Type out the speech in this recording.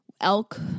elk